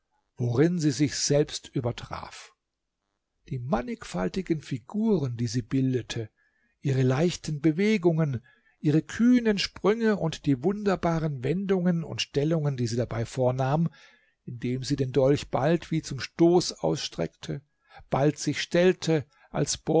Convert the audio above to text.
worin sie sich selbst übertraf die mannigfaltigen figuren die sie bildete ihre leichten bewegungen ihre kühnen sprünge und die wunderbaren wendungen und stellungen die sie dabei vornahm indem sie den dolch bald wie zum stoß ausstreckte bald sich stellte als